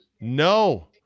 No